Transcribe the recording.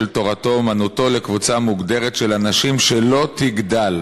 תורתו-אומנותו לקבוצה מוגדרת של אנשים שלא תגדל,